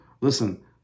Listen